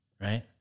Right